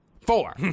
Four